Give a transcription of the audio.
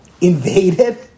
invaded